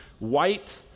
white